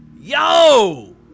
yo